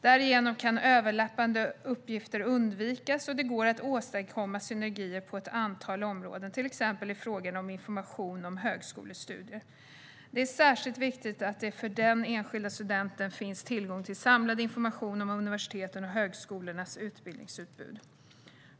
Därigenom kan överlappande uppgifter undvikas, och det går att åstadkomma synergier på ett antal områden, till exempel i fråga om information om högskolestudier. Det är särskilt viktigt att det för den enskilda studenten finns tillgång till samlad information om universitetens och högskolornas utbildningsutbud.